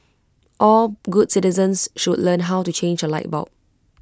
all good citizens should learn how to change A light bulb